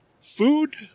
food